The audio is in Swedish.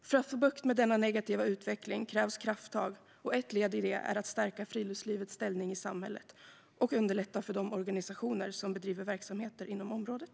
För att få bukt med denna negativa utveckling krävs krafttag och ett led i det är att stärka friluftslivets ställning i samhället och underlätta för de organisationer som bedriver verksamheter inom området.